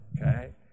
Okay